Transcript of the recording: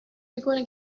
میکنه